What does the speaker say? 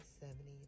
Seventy